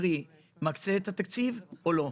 קרי מקצה את התקציב או לא.